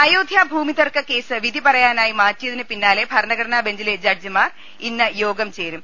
അയോധ്യ ഭൂമിതർക്കക്കേസ് വിധിപറയാനായി മാറ്റിയതിന് പിന്നാലെ ഭരണഘടനാബെഞ്ചിലെ ജഡ്ജിമാർ ഇന്ന് യോഗം ചേരും